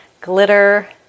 glitter